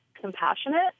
compassionate